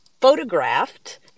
photographed